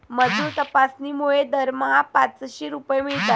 मजूर तपासणीमुळे दरमहा पाचशे रुपये मिळतात